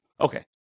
okay